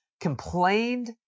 complained